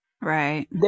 Right